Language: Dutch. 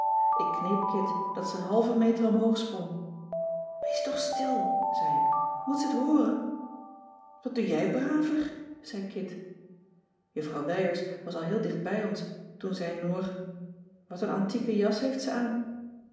ik kneep kit dat ze een halven meter omhoog sprong wees toch stil zei ik moet ze t hooren wat doe je bravig zei kit juffrouw wijers was al heel dicht bij ons toen zei noor wat een antieke jas heeft ze aan